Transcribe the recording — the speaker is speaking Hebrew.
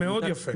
מאוד יפה.